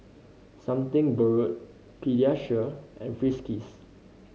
Something Borrowed Pediasure and Friskies